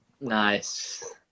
Nice